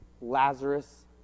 Lazarus